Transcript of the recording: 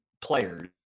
players